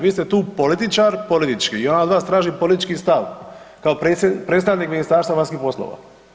Vi ste tu političar politički i ona od vas traži politički stav kao predstavnik Ministarstva vanjskih poslova.